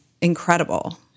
incredible